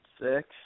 Six